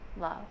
love